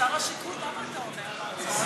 שר השיכון, למה אתה עונה על ההצעה הזאת?